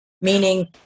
Meaning